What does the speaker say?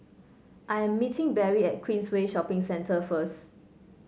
I am meeting Berry at Queensway Shopping Centre first